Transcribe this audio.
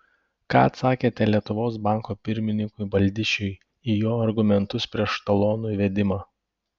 ką atsakėte lietuvos banko pirmininkui baldišiui į jo argumentus prieš talonų įvedimą